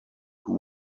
who